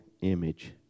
image